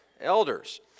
elders